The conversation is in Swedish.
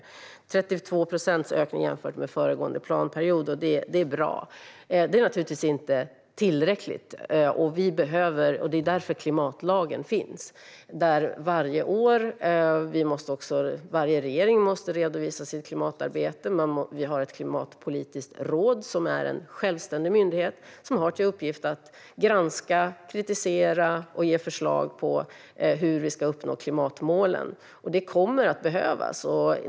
Ökningen uppgår till 32 procent jämfört med föregående planperiod, och det är bra. Det är naturligtvis inte tillräckligt, och det är därför klimatlagen finns. Varje år måste varje regering redovisa sitt klimatarbete. Vi har ett klimatpolitiskt råd som är en självständig myndighet som har till uppgift att granska, kritisera och ge förslag till hur vi ska uppnå klimatmålen. Det kommer att behövas.